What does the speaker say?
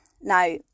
Now